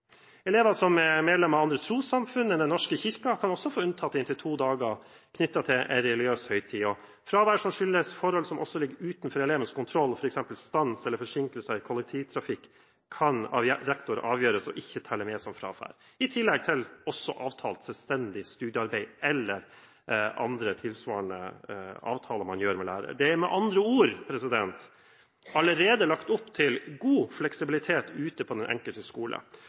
Elever som er medlemmer av andre trossamfunn enn Den norske kirke, kan få unntatt inntil to dager knyttet til en religiøs høytid. Fravær som skyldes forhold som ligger utenfor elevens kontroll, f.eks. stans eller forsinkelser i kollektivtrafikken, kan av rektor avgjøres ikke å telle med som fravær. I tillegg kommer avtalt selvstendig studiearbeid eller andre, tilsvarende, avtaler man gjør med lærer. Det er med andre ord allerede lagt opp til god fleksibilitet ute på den enkelte skole,